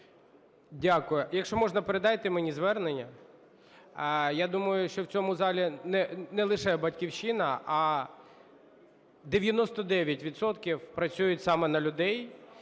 Дякую. Якщо можна, передайте мені звернення. Я думаю, що в цьому залі не лише "Батьківщина", а 99 відсотків працюють саме на людей.